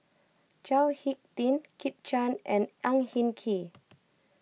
Chao Hick Tin Kit Chan and Ang Hin Kee